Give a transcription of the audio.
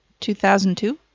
2002